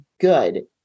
good